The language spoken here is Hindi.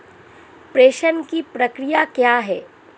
प्रेषण की प्रक्रिया क्या है?